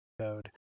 code